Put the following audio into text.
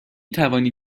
توانی